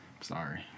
Sorry